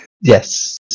yes